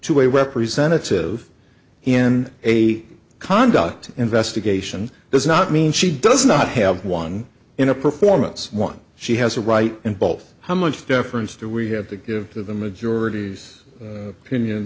to a representative in a conduct investigation does not mean she does not have one in a performance one she has a right and both how much deference do we have to give to the majority's